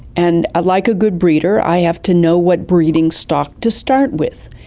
and ah like a good breeder i have to know what breeding stock to start with,